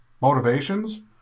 motivations